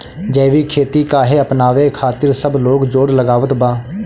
जैविक खेती काहे अपनावे खातिर सब लोग जोड़ लगावत बा?